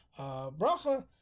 bracha